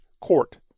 Court